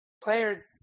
player